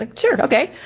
like sure, okay.